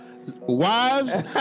Wives